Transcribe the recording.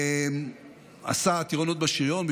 עשה טירונות בשריון,